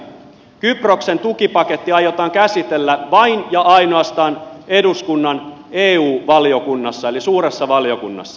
kyproksen tukipaketti aiotaan käsitellä vain ja ainoastaan eduskunnan eu valiokunnassa eli suuressa valiokunnassa